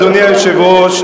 אדוני היושב-ראש,